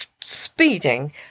speeding